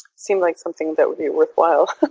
seemed like something that would be worthwhile.